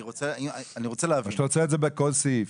או שאתה רוצה את זה בכל סעיף?